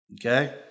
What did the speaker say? okay